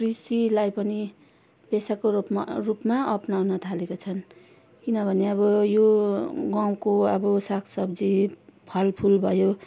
कृषिलाई पनि पेसाको रूपमा रूपमा अप्नाउन थालेको छन् किनभने अब यो गाउँको अब सागसब्जी फलफुल भयो